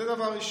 זה, דבר ראשון.